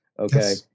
okay